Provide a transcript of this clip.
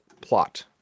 plot